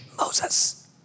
Moses